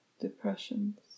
depressions